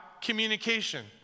communication